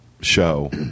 show